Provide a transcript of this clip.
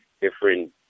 different